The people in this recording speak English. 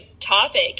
topic